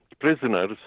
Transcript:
prisoners